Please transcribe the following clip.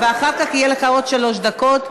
ואחר כך יהיו לך עוד שלוש דקות,